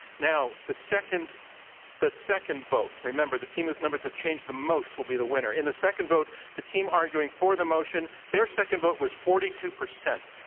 now, the second the second vote remember, the team whose numbers have changed the most will be the winner in the second vote, the team arguing for the motion, their second vote was forty two percent.